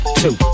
two